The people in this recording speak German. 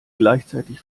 gleichzeitig